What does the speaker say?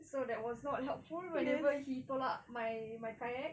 so that was not helpful whenever he tolak my my kayak